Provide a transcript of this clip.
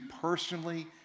personally